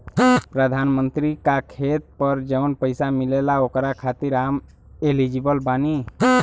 प्रधानमंत्री का खेत पर जवन पैसा मिलेगा ओकरा खातिन आम एलिजिबल बानी?